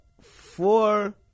four